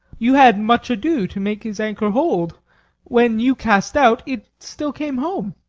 you had much ado to make his anchor hold when you cast out, it still came home.